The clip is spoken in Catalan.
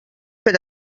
per